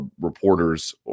reporters